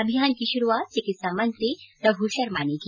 अभियान की शुरूआत चिकित्सा मंत्री रघु शर्मा ने की